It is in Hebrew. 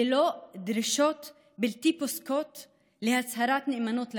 ללא דרישות בלתי פוסקות להצהרת נאמנות למדינה,